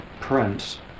print